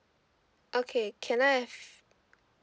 okay can I have